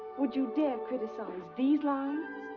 would you dare criticize these lines?